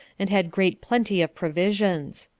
and had great plenty of provisions.